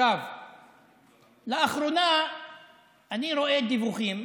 לאחרונה אני רואה דיווחים,